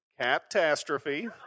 catastrophe